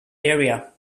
area